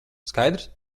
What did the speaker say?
skaidrs